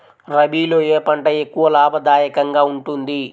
రబీలో ఏ పంట ఎక్కువ లాభదాయకంగా ఉంటుంది?